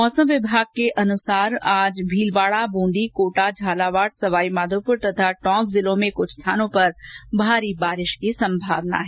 मौसम विमाग के अनुसार आज भीलवाड़ा बुंदी कोटा झालावाड़ सवाईमाघोपुर तथा टोंक जिलों में कुछ स्थानों पर भारी वर्षा की संभावना है